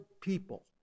people